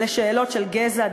בשאלות של גזע,